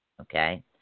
Okay